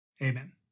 Amen